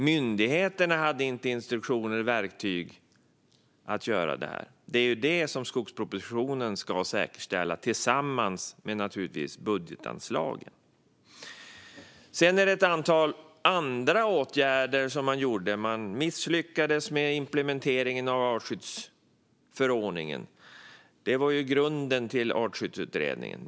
Myndigheterna hade inte instruktioner och verktyg att göra det här. Det är det som skogspropositionen ska säkerställa, naturligtvis tillsammans med budgetanslagen. Det finns ett antal andra åtgärder som man vidtog. Man misslyckades med implementeringen av artskyddsförordningen, vilket var grunden till Artskyddsutredningen.